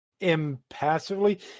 impassively